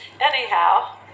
Anyhow